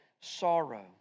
sorrow